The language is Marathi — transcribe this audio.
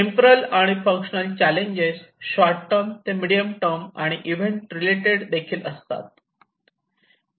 टेम्पोरल आणि फंक्शनल चॅलेंजेस शॉर्ट टर्म ते मिडीयम टर्म आणि इव्हेंट रिलेटेड देखील असतात